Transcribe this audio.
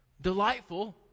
delightful